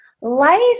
life